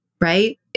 right